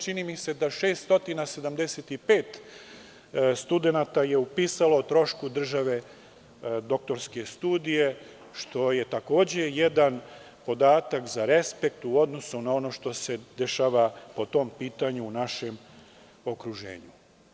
Čini me se da ove godine da 675 studenata je upisalo o trošku države doktorske studije, što je takođe jedan podatak za respekt, u odnosu na ono što se dešava po tom pitanju u našem okruženju.